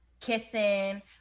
Kissing